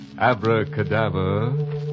abracadabra